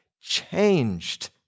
changed